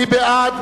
מי בעד?